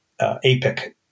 APIC